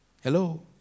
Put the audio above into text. Hello